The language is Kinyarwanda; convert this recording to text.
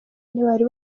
bari